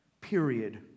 Period